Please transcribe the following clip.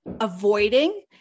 avoiding